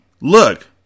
look